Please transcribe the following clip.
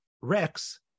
Rex